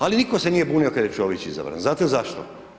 Ali nitko se nije bunio kada je Čović izabran, znate zašto?